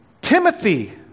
Timothy